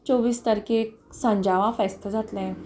चोवीस तारखेक सांज्यांवां फेस्त जातलें